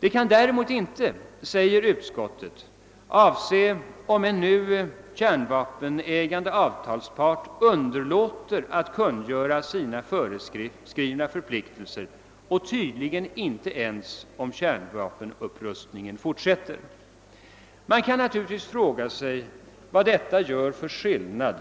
Det kan däremot inte, menar utskottet, avse om en nu kärnvapenägande avtalspart underlåter att kungöra sina föreskrivna förpliktelser och tydligen inte ens om kärnvapenupprustningen fortsätter. Man kan naturligtvis fråga sig vad detta gör för skillnad